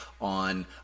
on